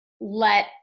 let